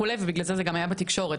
משום כך זה גם היה בתקשורת.